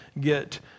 get